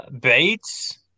Bates